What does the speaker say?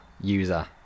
user